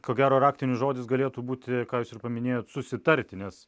ko gero raktinis žodis galėtų būti ką jūs ir paminėjot susitarti nes